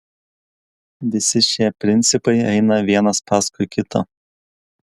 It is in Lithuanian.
visi šie principai eina vienas paskui kitą